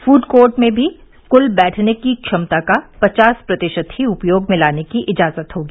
food court क्षेत्र में भी कुल बैठने की क्षमता का पचास प्रतिशत ही उपयोग में लाने की इजाजत होगी